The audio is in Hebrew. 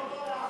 וחצי זה קשר.